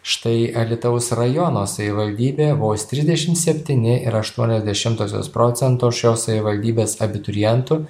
štai alytaus rajono savivaldybė vos trisdešim septyni ir aštuonios dešimtosios procento šios savivaldybės abiturientų